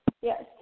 yes